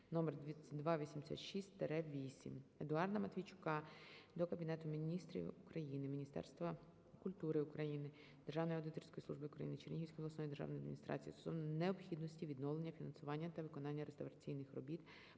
№ 2286-VIII. Едуарда Матвійчука до Кабінету Міністрів України, Міністерства культури України, Державної аудиторської служби України, Чернігівської обласної державної адміністрації стосовно необхідності відновлення фінансування та виконання реставраційних робіт